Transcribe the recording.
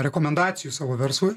rekomendacijų savo verslui